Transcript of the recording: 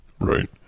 right